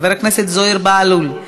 חבר הכנסת זוהיר בהלול,